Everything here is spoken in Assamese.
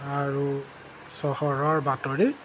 আৰু চহৰৰ বাতৰি